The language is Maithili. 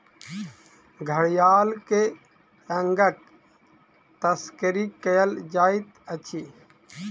घड़ियाल के अंगक तस्करी कयल जाइत अछि